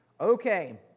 Okay